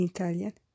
Italian